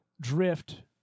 drift